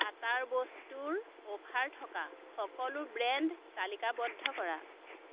আটাৰ বস্তুৰ অফাৰ থকা সকলো ব্ৰেণ্ড তালিকাৱদ্ধ কৰা